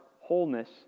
wholeness